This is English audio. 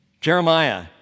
Jeremiah